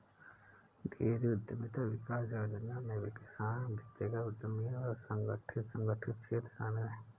dairy उद्यमिता विकास योजना में किसान व्यक्तिगत उद्यमी और असंगठित संगठित क्षेत्र शामिल है